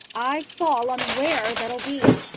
eyes fall on where that will be.